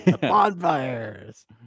Bonfires